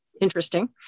Interesting